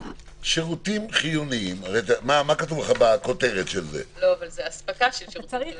אבל זו "אספקה של שירותים חיוניים".